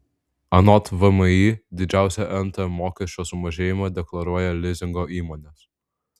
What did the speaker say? anot vmi didžiausią nt mokesčio sumažėjimą deklaruoja lizingo įmonės